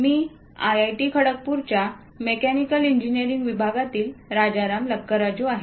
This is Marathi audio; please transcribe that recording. मी आयआयटी खडगपूरच्या मेकॅनिकल इंजिनिअरिंग विभागातील राजाराम लकाराजू आहे